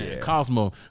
Cosmo